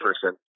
person